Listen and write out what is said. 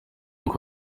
uko